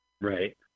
Right